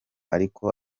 ariko